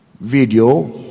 video